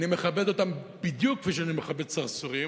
אני מכבד אותם בדיוק כפי שאני מכבד סרסורים,